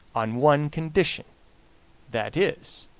on one condition that is,